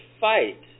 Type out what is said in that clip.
fight